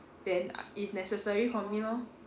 then is necessary for me lor